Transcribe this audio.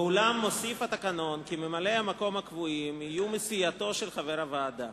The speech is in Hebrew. ואולם התקנון מוסיף כי ממלאי-המקום הקבועים יהיו מסיעתו של חבר הוועדה.